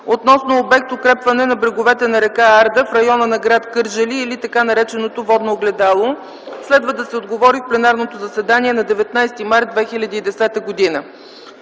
относно обект „Укрепване на бреговете на р. Арда в района на гр. Кърджали” или така нареченото Водно огледало. Следва да се отговори в пленарното заседание на 19 март 2010 г.